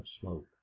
smoke